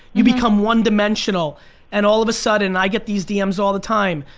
you become one-dimensional and all of a sudden, i get these dms all the time,